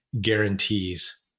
guarantees